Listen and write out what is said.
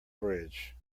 bridge